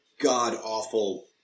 god-awful